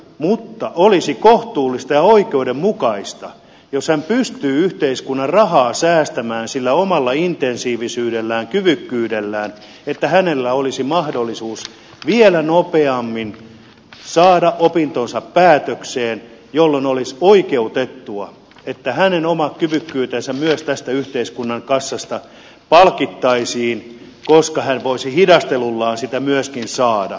mutta olisi kohtuullista ja oikeudenmukaista jos hän pystyy yhteiskunnan rahaa säästämään sillä omalla intensiivisyydellään kyvykkyydellään että hänellä olisi mahdollisuus vielä nopeammin saada opintonsa päätökseen jolloin olisi oikeutettua että hänen oma kyvykkyytensä myös tästä yhteiskunnan kassasta palkittaisiin koska hän voisi hidastelullaan sitä myöskin saada